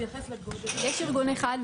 יש ארגון אחד,